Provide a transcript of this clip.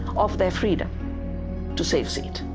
of their freedom to save seeds.